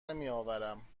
نمیآورم